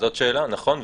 זאת שאלה, נכון.